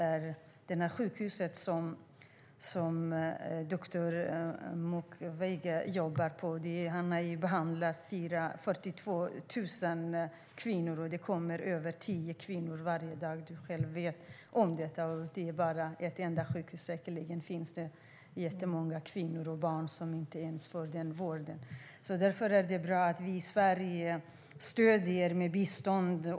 På det sjukhus i östra Kongo som doktor Mukwege jobbar på har han hittills behandlat 42 000 kvinnor. Det kommer fler än tio kvinnor varje dag till sjukhuset. Säkerligen finns det jättemånga kvinnor och barn som inte får någon vård alls. Därför är det bra att vi i Sverige stöder med bistånd.